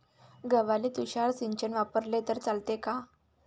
गव्हाले तुषार सिंचन वापरले तर चालते का?